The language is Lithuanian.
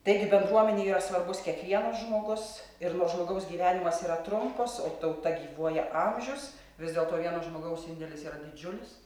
taigi bendruomenei yra svarbus kiekvienas žmogus ir nors žmogaus gyvenimas yra trumpas o tauta gyvuoja amžius vis dėlto vieno žmogaus indėlis yra didžiulis